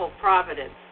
providence